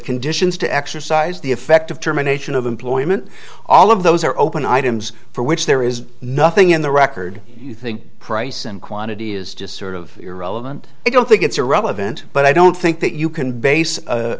conditions to exercise the effect of terminations of employment all of those are open items for which there is nothing in the record you think price and quantity is just sort of irrelevant i don't think it's irrelevant but i don't think that you can base